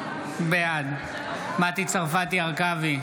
בעד מטי צרפתי הרכבי,